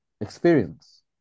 experience